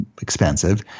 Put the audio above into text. expensive